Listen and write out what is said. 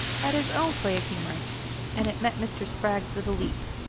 had his own play of humour and it met mr. spragg's with a leap.